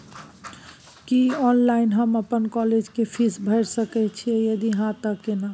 की online हम अपन college के फीस भैर सके छि यदि हाँ त केना?